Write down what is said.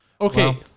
Okay